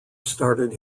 started